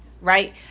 right